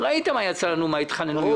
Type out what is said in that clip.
ראיתם מה יצא לנו מן ההתחננויות.